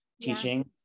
teaching